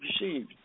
received